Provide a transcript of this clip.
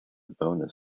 bonus